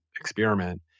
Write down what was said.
experiment